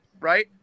right